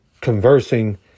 conversing